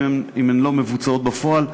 אם הן לא מבוצעות בפועל,